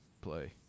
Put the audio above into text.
play